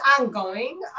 ongoing